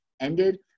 ended